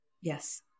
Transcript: Yes